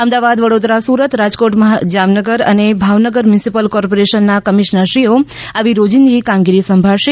અમદાવાદ વડોદરા સુરત રાજકોટ જામનગર અને ભાવનગર મ્યુનિસિપલ કોર્પોરેશનના કમિશનરશ્રીઓ આવી રોજિંદી કામગીરી સંભાળશે